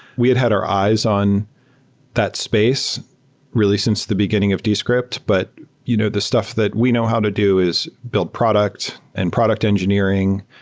we had had our eyes on that space really since the beginning of descript. but you know the stuff that we know how to do is build product and product engineering,